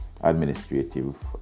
administrative